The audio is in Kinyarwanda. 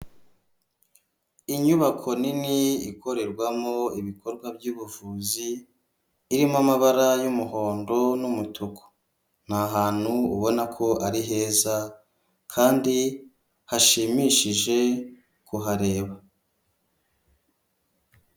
Inyubako nini ikorerwamo ibikorwa byubuvuzi irimo amabara y'umuhondo n'umutuku, ni ahantu ubona ko ari heza kandi hashimishije kuhareba.